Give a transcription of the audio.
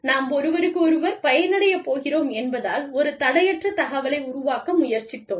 நாம் ஒருவருக்கொருவர் பயனடையப் போகிறோம் என்பதால் ஒரு தடையற்ற தகவலை உருவாக்க முயற்சித்தோம்